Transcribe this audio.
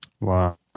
Wow